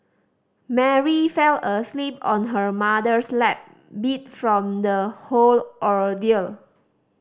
Mary fell asleep on her mother's lap beat from the whole ordeal